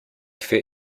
fait